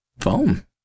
foam